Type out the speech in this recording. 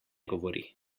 govori